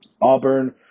Auburn